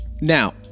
Now